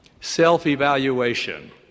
Self-evaluation